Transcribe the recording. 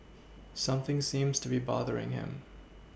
something seems to be bothering him